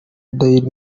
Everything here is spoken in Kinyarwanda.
daily